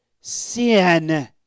sin